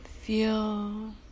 Feel